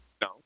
No